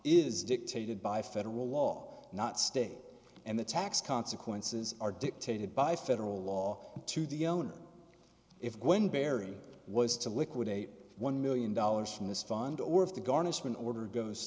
is dictated by federal law not state and the tax consequences are dictated by federal law to the owner if when barry was to liquidate one million dollars from this fund or if the garnishment order goes